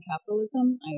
capitalism